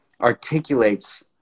articulates